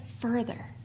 further